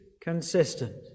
consistent